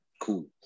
Cool